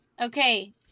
Okay